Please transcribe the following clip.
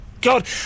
God